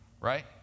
right